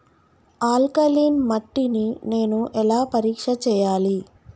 Alkaline మట్టి ని నేను ఎలా పరీక్ష చేయాలి?